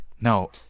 No